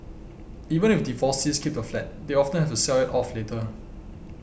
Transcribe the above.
even if divorcees keep the flat they often have to sell it off later